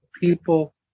people